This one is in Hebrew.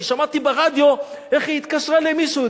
אני שמעתי ברדיו איך היא התקשרה למישהו,